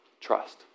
trust